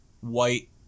white